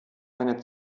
eine